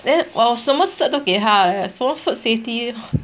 then 我什么 certificate 都给他什么 food safety